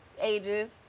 ages